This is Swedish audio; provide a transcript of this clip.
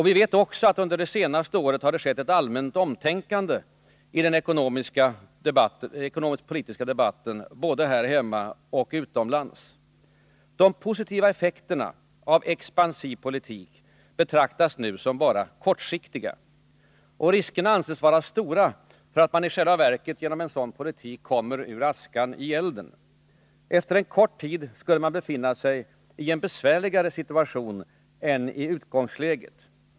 Vi vet också att under det senaste året har det skett ett allmänt omtänkande i den ekonomiskt-politiska debatten både här hemma och utomlands. De positiva effekterna av expansiv politik betraktas nu som bara kortsiktiga. Och riskerna anses vara stora för att man i själva verket genom en sådan politik kommer ur askan i elden. Efter en kort tid skulle man befinna sig i en besvärligare situation än i utgångsläget.